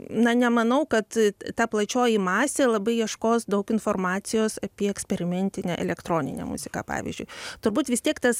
na nemanau kad ta plačioji masė labai ieškos daug informacijos apie eksperimentinę elektroninę muziką pavyzdžiui turbūt vis tiek tas